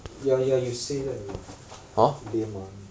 ya ya you say that lame ah 你